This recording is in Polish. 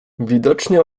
widocznie